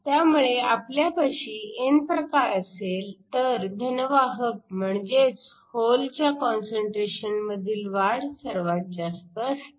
त्यामुळे आपल्यापाशी n प्रकार असेल तर धन वाहक म्हणजेच होलच्या कॉन्सन्ट्रेशनमधील वाढ सर्वात जास्त असते